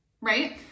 right